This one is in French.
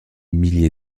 milliers